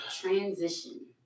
Transition